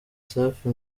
safi